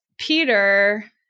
Peter